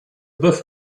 bœuf